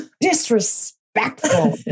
disrespectful